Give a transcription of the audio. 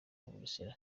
bugesera